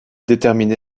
déterminé